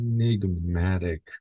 enigmatic